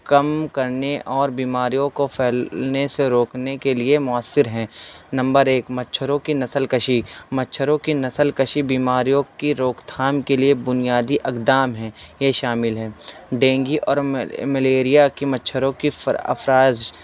کم کرنے اور بیماریوں کو پھیلنے سے روکنے کے لیے مؤثر ہیں نمبر ایک مچھروں کی نسل کشی مچھروں کی نسل کشی بیماریوں کی روک تھام کے لیے بنیادی اقدام ہیں یہ شامل ہے ڈینگو اور ملیریا کی مچھروں کی افزائش